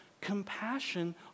compassion